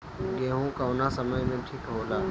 गेहू कौना समय मे ठिक होला?